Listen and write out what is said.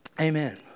Amen